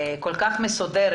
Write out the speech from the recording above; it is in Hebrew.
את כל-כך מסודרת.